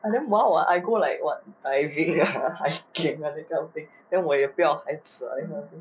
I damn wild [what] I go like what diving ah hiking ah this kind of thing then 我也不要孩子 ah this kind of thing